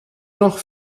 noch